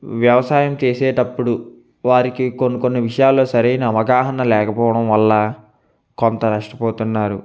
వ్యవసాయం చేసేటప్పుడు వారికి కొన్ని కొన్ని విషయాల్లో సరైన అవగాహన లేకపోవడం వల్ల కొంత నష్టపోతున్నారు